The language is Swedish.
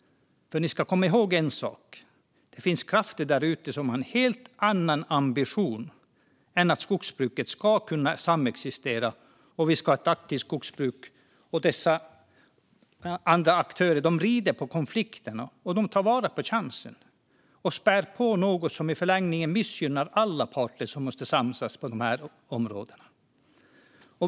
Ni ska komma ihåg en sak, nämligen att det finns krafter där ute som har en helt annan ambition än att skogsbruket ska kunna samexistera med andra näringar och att vi ska ha ett aktivt skogsbruk. Dessa andra aktörer rider på konflikterna, och de tar vara på chansen och spär på något som i förlängningen missgynnar alla parter som måste samsas på dessa områden.